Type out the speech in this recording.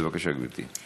בבקשה, גברתי.